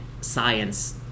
science